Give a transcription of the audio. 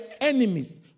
enemies